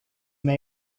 may